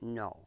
no